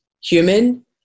human